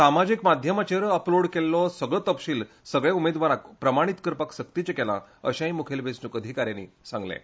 समाजीक माध्यमाचेर अपलोड केल्लो सगलो तपशील सगल्या उमेदवारांक प्रमाणीत करपाक सक्तीचें केलां अशेंय मुखेल वेंचणूक अधिकाऱ्यान सांगलें